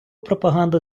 пропаганду